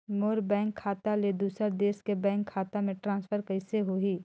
मोर bank खाता ले दुसर देश के बैंक खाता मे ट्रांसफर कइसे होही?